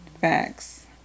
Facts